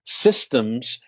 systems